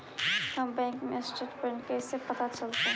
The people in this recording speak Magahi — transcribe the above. हमर बैंक स्टेटमेंट कैसे पता चलतै?